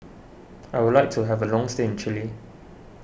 I would like to have a long stay in Chile